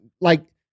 like-